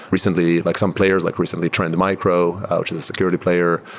recently, like some players, like recently trend micro, which is a security player.